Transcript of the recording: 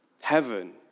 heaven